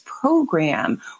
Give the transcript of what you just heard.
program